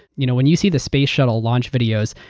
you know when you see the space shuttle launch videos,